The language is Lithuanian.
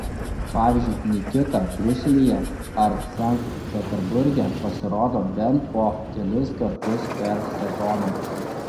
pavyzdžiui nikita briuselyje ar sankt peterburge pasirodo bent po kelis kartus per sezoną